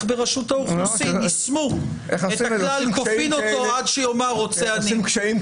ברשות האוכלוסין יישמו את הכלל כופין אותו עד שיאמר רוצה אני.